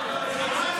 מה אתה צוחק?